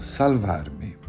salvarmi